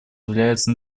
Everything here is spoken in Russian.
является